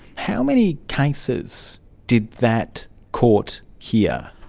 how many cases did that court hear?